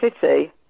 city